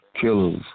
killers